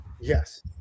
Yes